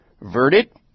Verdict